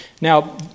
Now